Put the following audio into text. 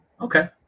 okay